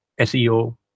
SEO